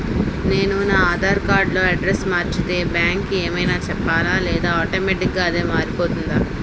నేను నా ఆధార్ కార్డ్ లో అడ్రెస్స్ మార్చితే బ్యాంక్ కి ఏమైనా చెప్పాలా లేదా ఆటోమేటిక్గా అదే మారిపోతుందా?